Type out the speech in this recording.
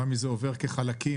מה מזה עובר כחלקים.